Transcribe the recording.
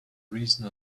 reason